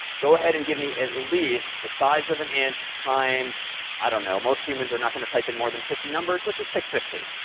go ahead and give me at least the size of an int, times i don't know, most humans are not going to type in more than fifty numbers. let's just pick fifty.